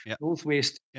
northwest